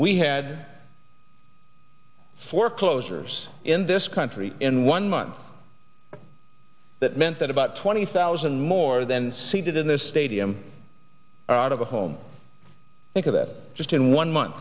we had foreclosures in this country in one month that meant that about twenty thousand more than seated in the stadium out of a home think of that just in one month